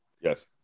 Yes